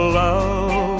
love